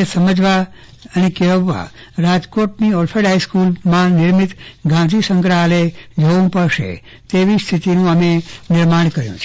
એ સમજણ કેળવવા રાજકોટની ઓલ્ફેડ હાઈસ્કુલમાં નિર્મિત ગાંધી સંગ્રાહાલય જોવું પડશે તેવી સ્થિતિનું હવે નિર્માણ કર્યું છે